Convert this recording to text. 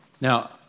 Now